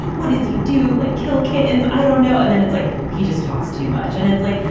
what does he do? like kill kittens? i don't know. and then it's like he just talks too much and it's like.